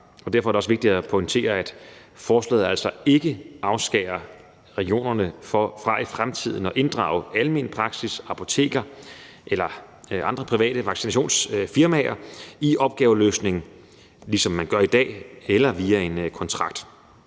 Derfor er det også vigtigt at pointere, at forslaget altså ikke afskærer regionerne fra i fremtiden at inddrage almen praksis, apoteker eller andre private vaccinationsfirmaer i opgaveløsningen, ligesom man gør i dag, eller via en kontrakt.